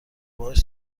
باهاش